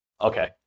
okay